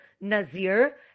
Nazir